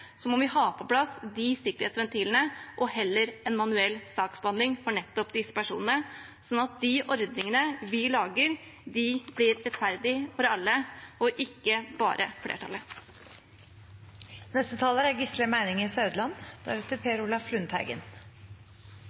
må vi ha på plass de sikkerhetsventilene og heller ha en manuell saksbehandling for nettopp disse personene, slik at de ordningene vi lager, blir rettferdige for alle og ikke bare